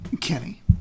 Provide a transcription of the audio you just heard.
Kenny